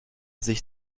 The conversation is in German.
sich